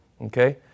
Okay